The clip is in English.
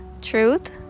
truth